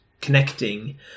connecting